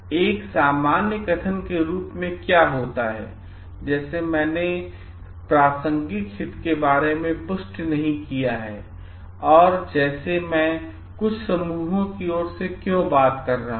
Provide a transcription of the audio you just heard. एक सामान्य कथन के रूप में क्या होता है जैसे मैंने मेरे प्रासंगिक हित के बारे में पुष्टि नहीं किया है और जैसे मैं कुछ समूहों की ओर से क्यों बात कर रहा हूं